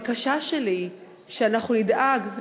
הבקשה שלי היא שאנחנו נדאג,